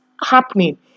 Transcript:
happening